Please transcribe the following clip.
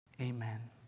Amen